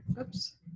Oops